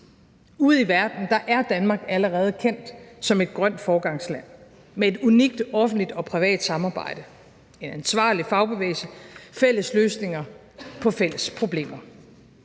Ude i verden er Danmark allerede kendt som et grønt foregangsland med et unikt offentligt og privat samarbejde, en ansvarlig fagbevægelse, fælles løsninger på fælles problemer.